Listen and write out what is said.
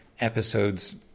episodes